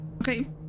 Okay